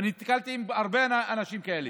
ואני נתקלתי בהרבה אנשים כאלה,